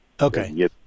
Okay